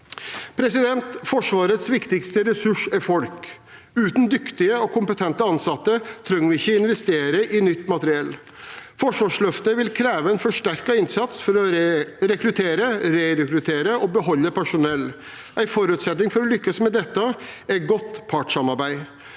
fredstid. Forsvarets viktigste ressurs er folk. Uten dyktige og kompetente ansatte trenger vi ikke investere i nytt materiell. Forsvarsløftet vil kreve en forsterket innsats for å rekruttere, rerekruttere og beholde personell. En forutsetning for å lykkes med dette er godt partssamarbeid.